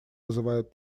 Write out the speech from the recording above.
вызывают